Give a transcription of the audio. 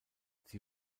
sie